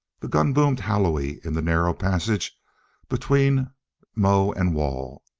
the gun boomed hollowly in the narrow passage between mow and wall.